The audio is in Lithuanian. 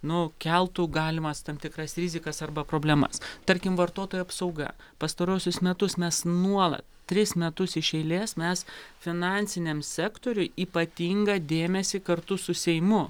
nu keltų galimas tam tikras rizikas arba problemas tarkim vartotojų apsauga pastaruosius metus mes nuolat tris metus iš eilės mes finansiniam sektoriui ypatingą dėmesį kartu su seimu